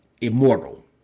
immortal